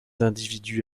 individus